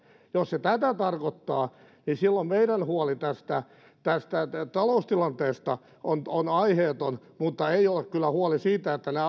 jos se tätä tarkoittaa niin silloin meidän huolemme tästä tästä taloustilanteesta on on aiheeton mutta ei ole kyllä huoli